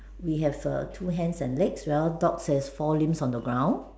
we have err two hands and legs well dogs have four limbs on the ground